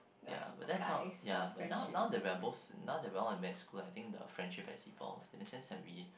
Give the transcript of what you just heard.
ya but that's how ya but now now that we're both now that we're all in med school I think the friendship has evolved in the sense that we